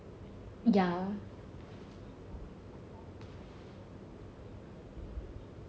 ya